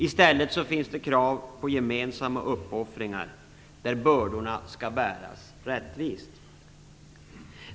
I stället finns krav på gemensamma uppoffringar där bördorna skall bäras rättvist.